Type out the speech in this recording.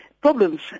problems